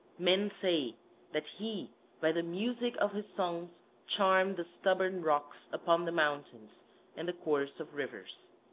men say that he by the music of his songs charmed the stubborn rocks upon the mountains and the course of rivers.